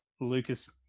Lucas